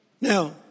Now